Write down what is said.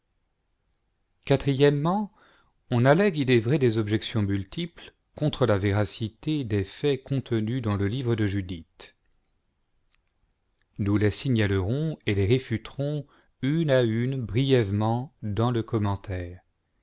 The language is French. on allègue il est vrai des objections multiples contre la véracité des faits contenus dans le livre de judith nous les signalerons et les réfuterons une à une brièvement dans le commentaire